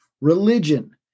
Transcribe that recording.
religion